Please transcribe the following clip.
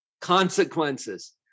consequences